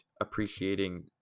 appreciating